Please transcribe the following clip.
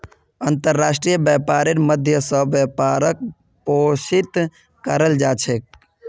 अन्तर्राष्ट्रीय व्यापारेर माध्यम स व्यापारक पोषित कराल जा छेक